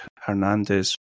Hernandez